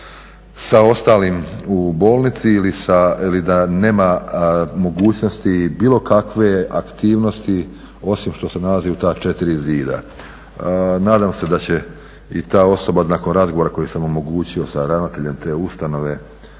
sa ostalim u bolnici ili da nema mogućnosti i bilo kakve aktivnosti osim što se nalazi u ta četiri zida. Nadam se da će i ta osoba nakon razgovora koji sam omogućio sa ravnateljem te ustanove